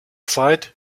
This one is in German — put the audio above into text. zeit